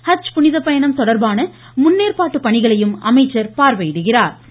ஹஜ் புனிதப்பயணம் தொடா்பான முன்னேற்பாட்ட பணிகளையும் அமைச்சர் பாா்வையிடுகிறாா்